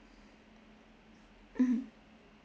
mmhmm